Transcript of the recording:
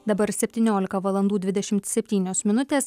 dabar septyniolika valandų dvidešimt septynios minutės